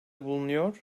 bulunuyor